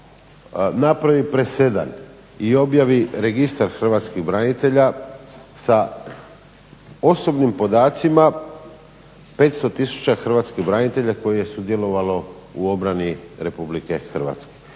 napravi presedan i objavi Registar hrvatskih branitelja sa osobnim podacima 500000 hrvatskih branitelja koji je sudjelovalo u obrani Republike Hrvatske.